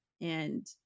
And-